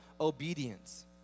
obedience